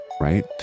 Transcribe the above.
right